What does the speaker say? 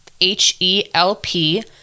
H-E-L-P